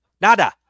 Nada